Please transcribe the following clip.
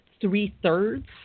three-thirds